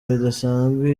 bidasanzwe